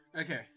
okay